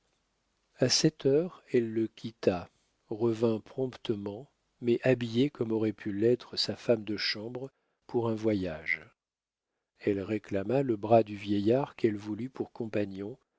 a sept heures elle le quitta revint promptement mais habillée comme aurait pu l'être sa femme de chambre pour un voyage elle réclama le bras du vieillard qu'elle voulut pour compagnon